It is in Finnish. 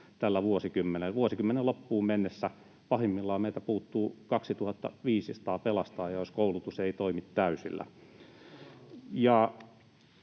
tällä vuosikymmenellä. Vuosikymmenen loppuun mennessä pahimmillaan meiltä puuttuu 2 500 pelastajaa, jos koulutus ei toimi täysillä.